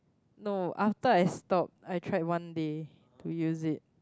no after I stop I tried one day to use it